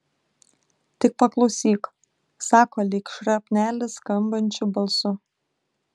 tik paklausyk sako lyg šrapnelis skambančiu balsu